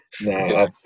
No